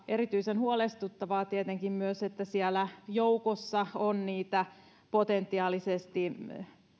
erityisen huolestuttavaa on tietenkin myös että siellä joukossa on niitä potentiaalisesti